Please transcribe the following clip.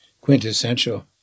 quintessential